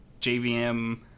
JVM